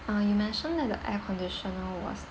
uh you mentioned that the air conditioner was